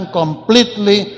completely